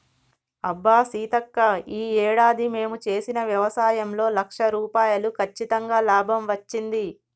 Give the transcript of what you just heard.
అబ్బా సీతక్క ఈ ఏడాది మేము చేసిన వ్యవసాయంలో లక్ష రూపాయలు కచ్చితంగా లాభం వచ్చింది